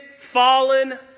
fallen